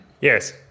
Yes